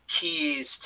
keys